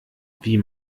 wie